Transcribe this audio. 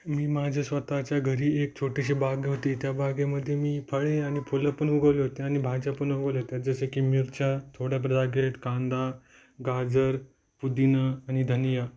मी माझ्या स्वतःच्या घरी एक छोटीशी बाग होती त्या बागेमध्ये मी फळे आणि फुलं पण उगवले होते आणि भाज्या पण उगवल्या होत्या जसं की मिरच्या थोडं बद्जागेत कांदा गाजर पुदिना आणि धनिया